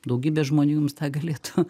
daugybė žmonių jums tą galėtų